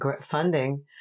funding